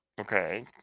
Okay